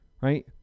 right